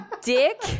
dick